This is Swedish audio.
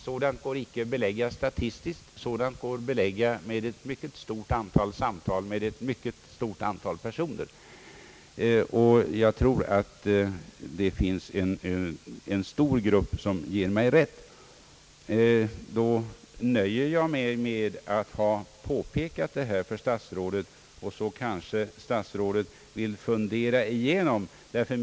Sådant kan inte beläggas statistiskt — det kan endast beläggas genom ett mycket stort antal samtal med ett mycket stort antal personer, och jag tror att det finns en stor grupp som ger mig rätt. Jag nöjer mig med att ha påpekat detta för statsrådet och hoppas att han vill fundera igenom saken.